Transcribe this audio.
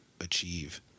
achieve